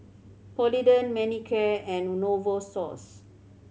Polident Manicare and Novosource